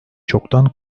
çoktan